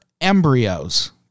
embryos